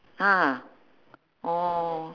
ah oh